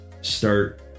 start